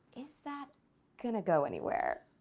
is that going to go anywhere?